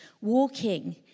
walking